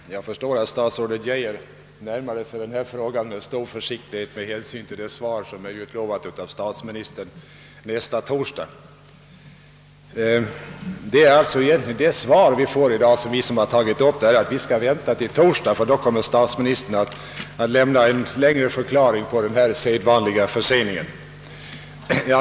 Herr talman! Jag förstår att statsrådet Geijer närmade sig denna fråga med stor försiktighet med hänsyn till det svar som är utlovat av statsministern till nästa torsdag. Vi som tagit upp denna sak i dag får alltså egentligen svaret att vi skall vänta till nästa torsdag, ty då kommer statsministern att lämna en längre förklaring på den sedvanliga förseningen.